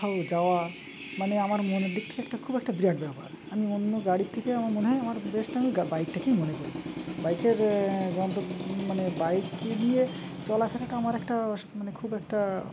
ভালো যাওয়া মানে আমার মনের দিক থেকে একটা খুব একটা বিরাট ব্যাপার আমি অন্য গাড়ির থেকে আমার মনে হয় আমার বেস্ট আমি বাইকটাকেই মনে করি বাইকের গন্তব্য মানে বাইককে নিয়ে চলাকলাটা আমার একটা মানে খুব একটা